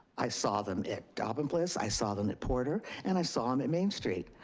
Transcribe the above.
i saw them at dobbin place, i saw them at porter, and i saw them at main street.